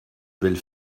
belles